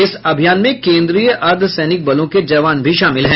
इस अभियान में केन्द्रीय अर्द्ध सैनिक बलों के जवान भी शामिल हैं